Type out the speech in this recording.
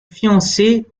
fiancé